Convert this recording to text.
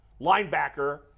linebacker